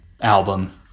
album